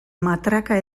matraka